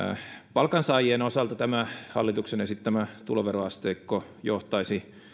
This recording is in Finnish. palkansaajien osalta tämä hallituksen esittämä tuloveroasteikko johtaisi